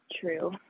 true